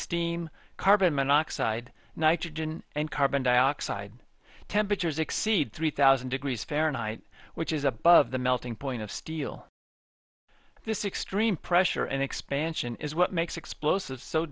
steam carbon monoxide nitrogen and carbon dioxide temperatures exceed three thousand degrees fahrenheit which is above the melting point of steel this extreme pressure and expansion is what makes explosives so